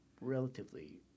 relatively